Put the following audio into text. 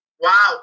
Wow